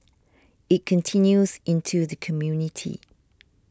it continues into the community